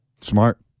Smart